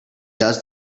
does